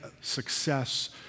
success